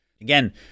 Again